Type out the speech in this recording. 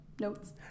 notes